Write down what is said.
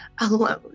alone